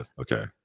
okay